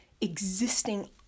existing